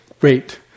great